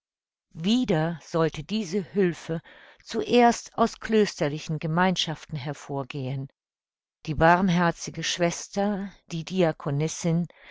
wieder sollte diese hülfe zuerst aus klösterlichen gemeinschaften hervorgehen die barmherzige schwester die